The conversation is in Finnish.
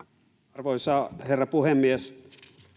arvoisa herra puhemies